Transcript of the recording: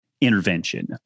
intervention